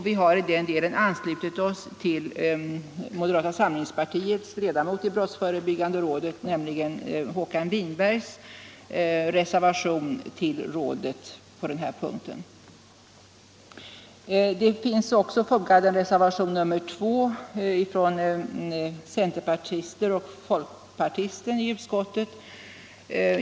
Vi har i den delen anslutit oss till moderata samlingspartiets ledamots i brottsförebyggande rådet, Håkan Winberg, reservation i rådet. Vid betänkandet finns också fogad reservationen 2 av centerpartisterna och folkpartisten i utskottet.